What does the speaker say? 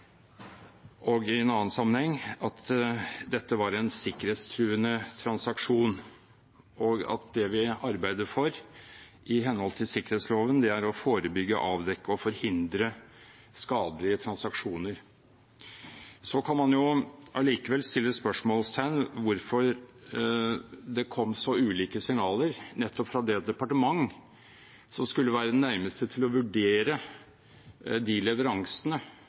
og – i en annen sammenheng – at dette var en sikkerhetstruende transaksjon, og at det vi arbeider for i henhold til sikkerhetsloven, er å forebygge, avdekke og forhindre skadelige transaksjoner. Så kan man allikevel sette spørsmålstegn ved hvorfor det kom så ulike signaler nettopp fra det departement som skulle være det nærmeste til å vurdere de leveransene